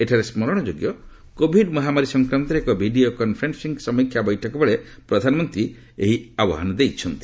ଏଠାରେ ସ୍କରଣଯୋଗ୍ୟ କୋଭିଡ୍ ମହାମାରୀ ସଂକ୍ରାନ୍ତରେ ଏକ ଭିଡ଼ିଓ କନ୍ଫରେନ୍ଦିଂ ସମୀକ୍ଷା ବୈଠକବେଳେ ପ୍ରଧାନମନ୍ତ୍ରୀ ଏହି ଆହ୍ବାନ ଦେଇଛନ୍ତି